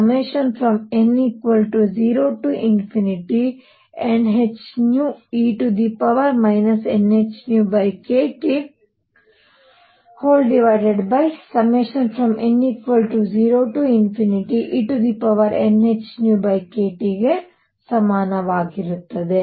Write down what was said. ಆದ್ದರಿಂದ ಇದು n0nhνe nhνkTn0e nhνkTಗೆ ಸಮಾನವಾಗಿರುತ್ತದೆ